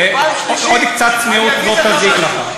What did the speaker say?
עוד קצת צניעות לא תזיק לך.